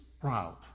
proud